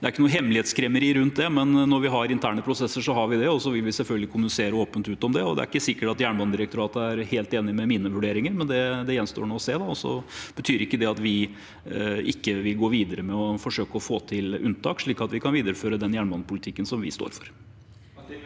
det er ikke noe hemmelighetskremmeri rundt det. Men når vi har interne prosesser, så har vi det, og så vil vi selvfølgelig kommunisere åpent ut om det. Det er ikke sikkert at Jernbanedirektoratet er helt enig i mine vurderinger, men det gjenstår å se, og så betyr ikke det at vi ikke vil gå videre med å forsøke å få til unntak, slik at vi kan videreføre den jernbanepolitikken vi står for.